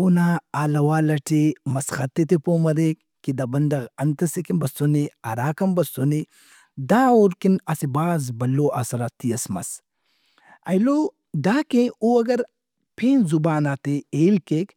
اونا حال حوال ئٹے مسخت ئے تہ پو مریک کہ دا بندغ انت ئسے کن بسنے، اراکان بسنے۔ دا اوڑکن اسہ بھاز بھلوآسراتی ئس مس۔ اینو دا کہ او اگر پین زبانات ئے ہیل کیک۔